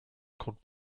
called